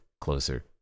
closer